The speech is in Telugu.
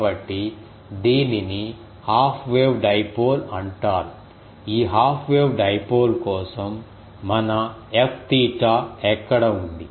కాబట్టి దీనిని హాఫ్ వేవ్ డైపోల్ అంటారు ఈ హాఫ్ వేవ్ డైపోల్ కోసం మన Fθ ఎక్కడ ఉంది